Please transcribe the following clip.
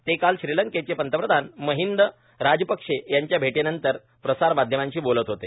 ते काल श्रीलंकेचे पंतप्रधान महिंद राजपक्षे यांच्या भेटीनंतर प्रसार माध्यमांशी बोलत होते